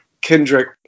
Kendrick